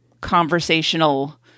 conversational